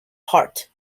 heart